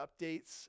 updates